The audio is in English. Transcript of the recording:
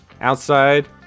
Outside